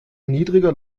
niedriger